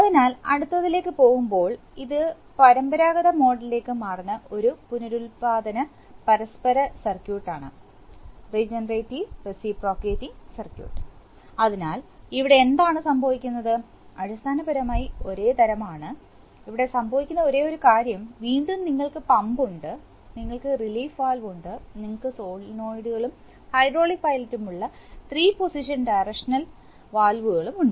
അതിനാൽ അടുത്തതിലേക്ക് പോകുമ്പോൾ ഇത് പരമ്പരാഗത മോഡിലേക്ക് മാറുന്ന ഒരു പുനരുൽപ്പാദന പരസ്പര സർക്യൂട്ട് ആണ് അതിനാൽ ഇവിടെ എന്താണ് സംഭവിക്കുന്നത് അടിസ്ഥാനപരമായി ഒരേ തരം ആണ് ഇവിടെ സംഭവിക്കുന്ന ഒരേയൊരു കാര്യം വീണ്ടും നിങ്ങൾക്ക് പമ്പ് ഉണ്ട് നിങ്ങൾക്ക് റിലീഫ് വാൽവ് ഉണ്ട് നിങ്ങൾക്ക് സോളിനോയിഡുകളും ഹൈഡ്രോളിക് പൈലറ്റും ഉള്ള 3 പൊസിഷൻ ഡയറക്ഷൻഅൽ വാൽവുകളും ഉണ്ട്